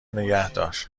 نگهدار